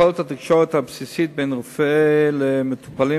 יכולת התקשורת הבסיסית בין רופא למטופלים